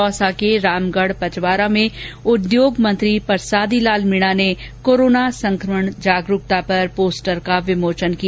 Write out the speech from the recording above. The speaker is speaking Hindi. दौसा के रामगढ़ पचवारा में उद्योग मंत्री परसादी लाल मीणा ने कोरो संक्रमण जागरूकता पर पोस्टर का विमोचन किया